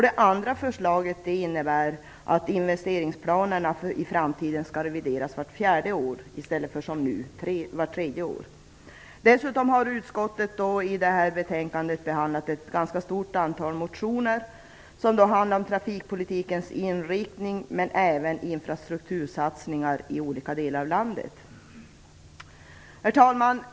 Det andra förslaget innebär att investeringsplanerna i framtiden skall revideras vart fjärde år i stället för som nu vart tredje år. Dessutom har utskottet i betänkandet behandlat ett stort antal motioner som handlar om trafikpolitikens inriktning och även om infrastruktursatsningar i olika delar av landet. Herr talman!